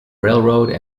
railroad